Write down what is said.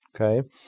okay